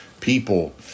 people